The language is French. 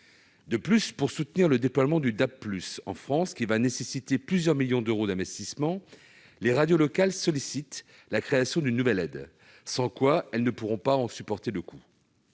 De plus, pour soutenir le déploiement en France du DAB+ (, ou radiodiffusion numérique), qui va nécessiter plusieurs millions d'euros d'investissements, les radios locales sollicitent la création d'une nouvelle aide, sans laquelle elles ne pourront pas en supporter le coût.